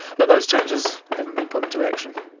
but those changes haven't been put into action.